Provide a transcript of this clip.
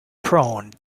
prone